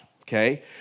okay